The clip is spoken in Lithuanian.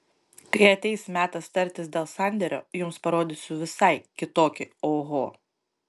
kai ateis metas tartis dėl sandėrio jums parodysiu visai kitokį oho